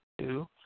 two